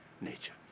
nature